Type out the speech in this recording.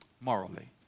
Morally